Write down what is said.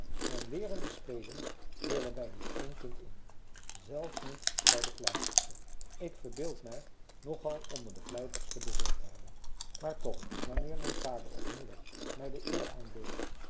mijn leeren is spelen wil er bij niet één kind in zelfs niet bij de vlijtigste ik verbeeld mij nog al onder de vlijtigste behoord te hebben maar toch wanneer mijn vader of moeder mij de eer aandeed